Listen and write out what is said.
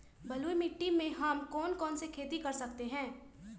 बलुई मिट्टी में हम कौन कौन सी खेती कर सकते हैँ?